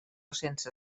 sense